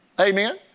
Amen